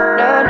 no